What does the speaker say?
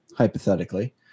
Hypothetically